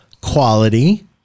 quality